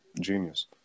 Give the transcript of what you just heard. genius